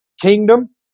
kingdom